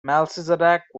melchizedek